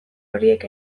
horiek